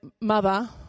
mother